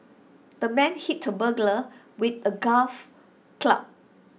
the man hit the burglar with A golf club